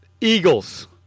Eagles